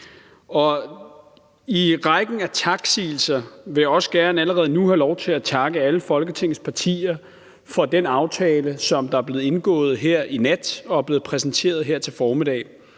I rækken af taksigelser vil jeg også allerede nu gerne have lov til at takke alle Folketingets partier for den aftale, som er blevet indgået her i nat, og som er blevet præsenteret her til formiddag.